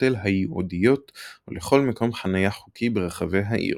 אוטותל הייעודיות או לכל מקום חניה חוקי ברחבי העיר.